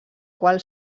qual